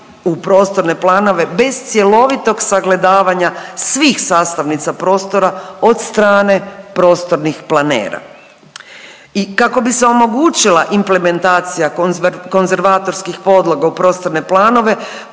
u prostorne planove bez cjelovitog sagledavanja svih sastavnica prostora od strane prostornih planera. I kako bi se omogućila implementacija konzervatorskih podloga u prostorne planove,